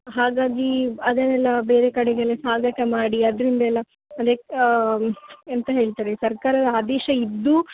ಹಾಗಾಗಿ ಅದನ್ನೆಲ್ಲ ಬೇರೆ ಕಡೆಗೆಲ್ಲ ಸಾಗಾಟ ಮಾಡಿ ಅದರಿಂದೆಲ್ಲ ಅಂದರೆ ಎಂತ ಹೇಳ್ತಾರೆ ಸರ್ಕಾರದ ಆದೇಶ ಇದ್ದು